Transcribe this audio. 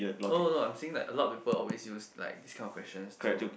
oh no no I'm saying like a lot of people always like this kind of questions to